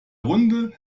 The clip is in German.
runde